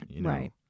Right